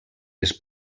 les